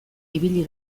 ibili